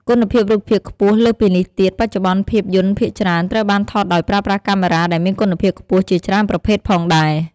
គុណភាពរូបភាពខ្ពស់ លើសពីនេះទៀត បច្ចុប្បន្នភាពយន្តភាគច្រើនត្រូវបានថតដោយប្រើប្រាស់កាមេរ៉ាដែលមានគុណភាពខ្ពស់ជាច្រើនប្រភេទផងដែរ ។